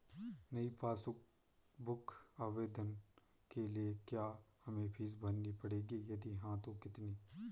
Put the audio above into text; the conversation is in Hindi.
नयी पासबुक बुक आवेदन के लिए क्या हमें फीस भरनी पड़ेगी यदि हाँ तो कितनी?